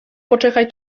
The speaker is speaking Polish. poczekaj